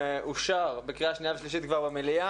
אושר כבר בקריאה שנייה ושלישית במליאה,